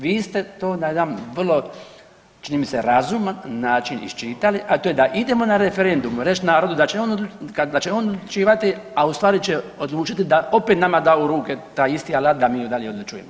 Vi ste to na jedan vrlo čini mi se razuman način iščitali, a to je da idemo na referendum reć narodu da će on, da će on odlučivati, a u stvari će odlučiti da opet nama da u ruke taj isti alat da mi dalje odlučujemo.